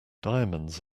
diamonds